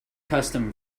custom